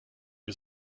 wir